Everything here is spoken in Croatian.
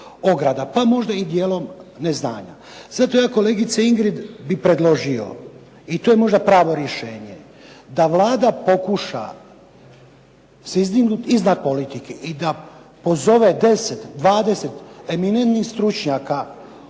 Pa možda i dijelom neznanja. Zato ja kolegice Ingrid bi predložio i to je možda pravo rješenje da Vlada pokuša se izdignuti iznad politike i da pozove 10, 20 eminentnih stručnjaka